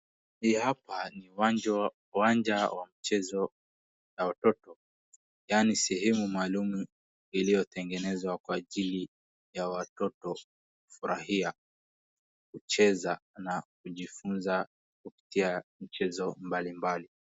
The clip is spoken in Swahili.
Hii hapa ni uwanja wa mchezo ya watoto yani sehemu maalum iliyotengenezwa kwa ajili ya watoto kufurahia, kucheza na kujifunza kupitia mchezo mbalimbali.